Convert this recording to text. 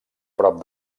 prop